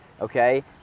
okay